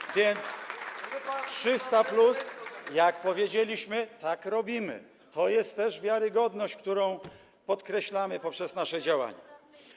Tak więc 300+, jak powiedzieliśmy, tak robimy, to też jest wiarygodność, którą podkreślamy poprzez nasze działanie.